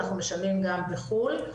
אנחנו משלמים גם בחו"ל.